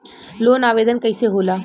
Loan आवेदन कैसे होला?